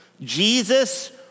Jesus